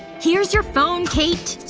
here's your phone, kate